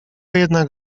jednak